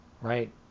Right